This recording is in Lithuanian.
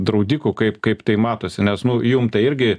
draudikų kaip kaip tai matosi nes nu jum tai irgi